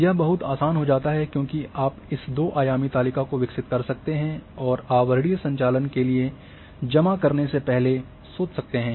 यह बहुत आसान हो जाता है क्योंकि आप इस दो आयामी तालिका को विकसित कर सकते हैं और आवरणीय संचालन के लिए जमा करने से पहले सोच सकते हैं